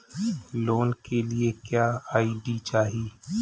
Loan के लिए क्या आई.डी चाही?